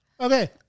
Okay